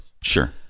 sure